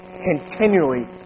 continually